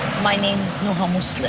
my name is nuha um musleh.